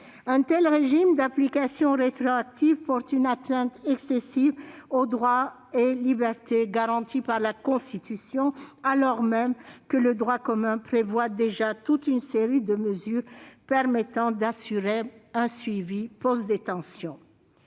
Un tel régime d'application rétroactive porte une atteinte excessive aux droits et libertés garantis par la Constitution, alors même que le droit commun prévoit déjà toute une série de mesures permettant d'assurer un suivi post-détention.